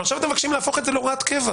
אבל עכשיו אתם מבקשים להפוך את זה להוראת קבע,